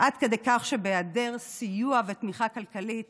עד כדי כך שבהיעדר סיוע ותמיכה כלכלית